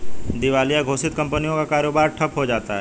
दिवालिया घोषित कंपनियों का कारोबार ठप्प हो जाता है